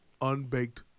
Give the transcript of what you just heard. Unbaked